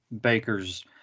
Baker's